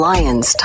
Lions